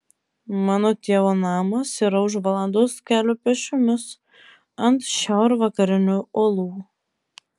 mano tėvo namas yra už valandos kelio pėsčiomis ant šiaurvakarinių uolų